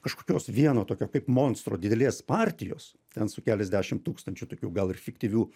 kažkokios vieno tokio kaip monstro didelės partijos ten su keliasdešim tūkstančių tokių gal ir fiktyvių